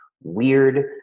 weird